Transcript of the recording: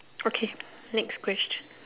okay next question